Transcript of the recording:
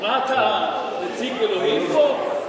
מה אתה, נציג אלוהים פה?